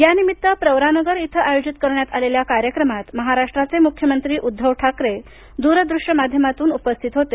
यानिमित्त प्रवरानगर इथं आयोजित करण्यात आलेल्या कार्यक्रमात महाराष्ट्राचे मुख्यमंत्री उद्दव ठाकरे दूरदृष्य माध्यमातून उपस्थित होते